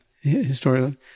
historical